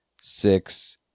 six